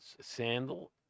sandal